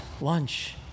lunch